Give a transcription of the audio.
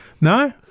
No